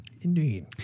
Indeed